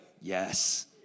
Yes